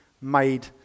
made